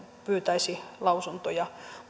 pyytäisi sitten lausuntoja